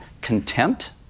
contempt